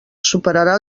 superarà